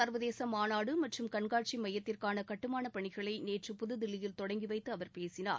சர்வதேச மாநாடு மற்றும் கண்காட்சி மையத்திற்கான கட்டுமான பணிகளை நேற்று புதுதில்லியில் தொடங்கி வைத்து அவர் பேசினார்